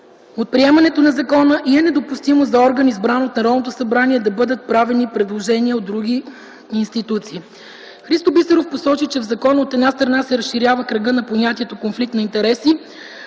от приемането на закона и е недопустимо за орган, избиран от Народното събрание, да бъдат правени предложения от други институции. Христо Бисеров посочи, че в закона, от една страна, се разширява кръгът на понятието „конфликт на интереси”,